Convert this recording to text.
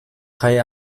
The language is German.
kai